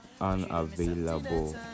unavailable